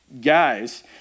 guys